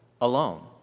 alone